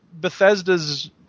Bethesda's